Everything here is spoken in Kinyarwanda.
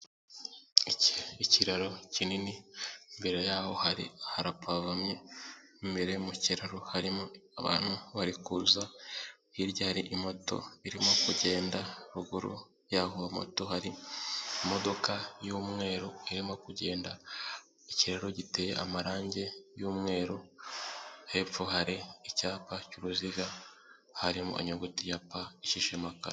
Ikiraro kinini mbere yaho hari haraparomye, imbere mu kiraro harimo abantu bari kuza hiryari moto irimo kugenda. Ruguru ya moto hari imodoka y'umweru irimo kugenda. Ikiraro giteye amarangi y'umweru, hepfo hari icyapa cy'uruziga, harimo inyuguti ya "p" icishishemo akarongo